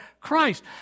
Christ